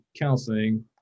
counseling